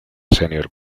senior